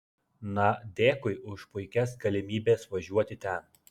na dėkui už puikias galimybės važiuoti ten